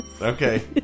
Okay